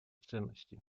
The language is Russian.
ценности